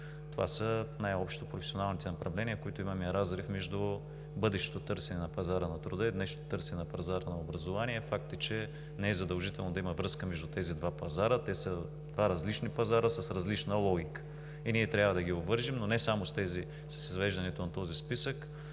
Това са най-общо професионалните направления, в които имаме разрив между бъдещото търсене на пазара на труда и днешното търсене на пазара на образование. Факт е, че не е задължително да има връзка между тези два пазара. Те са два различни пазара с различна логика. Ние трябва да ги обвържем, но не само с тези с извеждането на този списък.